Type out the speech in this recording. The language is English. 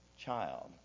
child